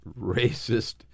racist